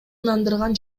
ынандырган